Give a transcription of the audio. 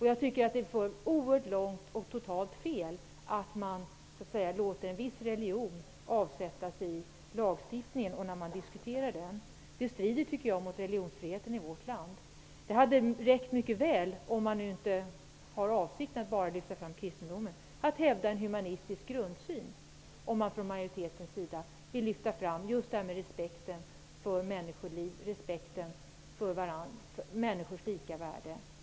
Jag tycker att det för oerhört långt och totalt fel, om man låter en viss religion avspeglas i lagstiftningen och i diskussionen om den. Jag tycker att det strider mot religionsfriheten i vårt land. Det hade räckt mycket väl -- om man nu inte har för avsikt att lyfta fram enbart kristendomen -- att hävda en humanistisk grundsyn, om majoriteten ville hålla fram respekten för människoliv och för människors lika värde.